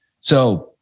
So-